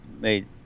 made